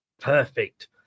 Perfect